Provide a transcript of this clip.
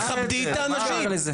תכבדי את האנשים.